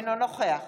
אינו נוכח